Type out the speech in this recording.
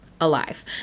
alive